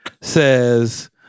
says